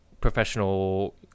professional